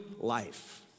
life